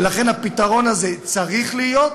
ולכן הפתרון הזה צריך להיות,